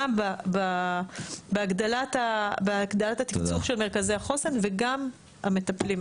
גם בהגדלת התקצוב של מרכזי החוסן וגם המטפלים,